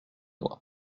benoît